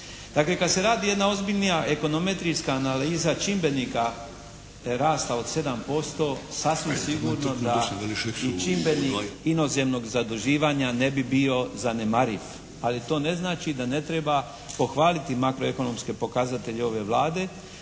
Dakle kad se radi jedna ozbiljnija ekonometrijska analiza čimbenika rasta od 7% sasvim sigurno da i čimbenik inozemnog zaduživanja ne bi bio zanemariv. Ali to ne znači da ne treba pohvaliti makroekonomske pokazatelje ove Vlade